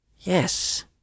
Yes